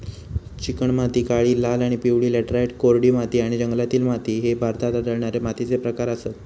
चिकणमाती, काळी, लाल आणि पिवळी लॅटराइट, कोरडी माती आणि जंगलातील माती ह्ये भारतात आढळणारे मातीचे प्रकार आसत